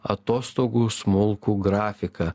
atostogų smulkų grafiką